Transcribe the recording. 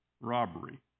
robbery